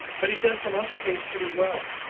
but he does some other things pretty well.